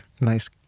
nice